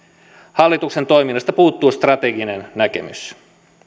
hallituksen toiminnasta puuttuu strateginen näkemys